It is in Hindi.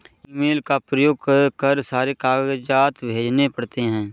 ईमेल का प्रयोग कर सारे कागजात भेजने पड़ते हैं